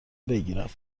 بگیرم